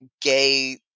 gay